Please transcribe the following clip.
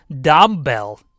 dumbbell